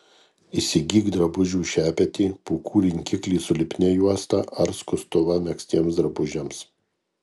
įsigyk drabužių šepetį pūkų rinkiklį su lipnia juosta ar skustuvą megztiems drabužiams